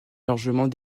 largement